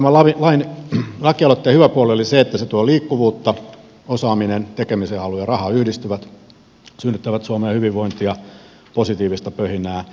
eli tämän lakialoitteen hyvä puoli on se että se tuo liikkuvuutta ja osaaminen tekemisen halu ja raha yhdistyvät synnyttävät suomeen hyvinvointia positiivista pöhinää